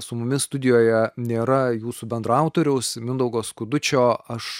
su mumis studijoje nėra jūsų bendraautoriaus mindaugo skudučio aš